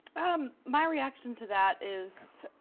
um my reaction to that is,